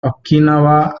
okinawa